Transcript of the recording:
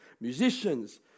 Musicians